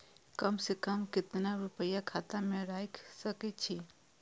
कम से कम केतना रूपया खाता में राइख सके छी?